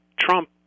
Trump